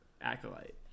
acolyte